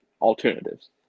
alternatives